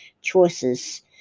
choices